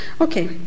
Okay